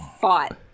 fought